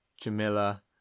Jamila